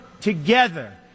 together